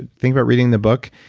think about reading the book.